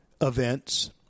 events